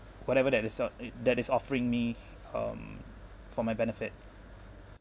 whatever that is uh it that is offering me um for my benefit